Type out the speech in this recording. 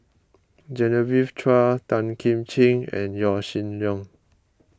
Genevieve Chua Tan Kim Ching and Yaw Shin Leong